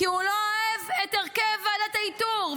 כי הוא לא אוהב את הרכב ועדת האיתור.